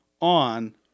on